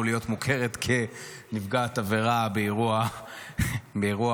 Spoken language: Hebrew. להיות מוכרת כנפגעת עבירה באירוע הזיקוקים.